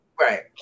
Right